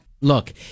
look